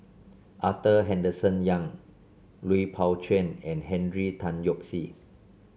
Arthur Henderson Young Lui Pao Chuen and Henry Tan Yoke See